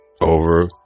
over